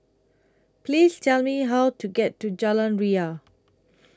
Please Tell Me How to get to Jalan Ria